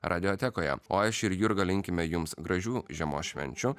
radiotekoje o aš ir jurga linkime jums gražių žiemos švenčių